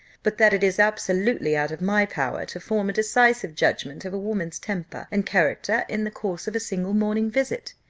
but that it is absolutely out of my power to form a decisive judgment of a woman's temper and character in the course of a single morning visit.